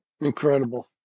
Incredible